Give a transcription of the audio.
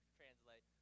translate